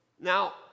Now